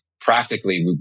practically